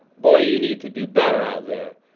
boy, you need to do better out there.